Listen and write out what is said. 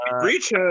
Reach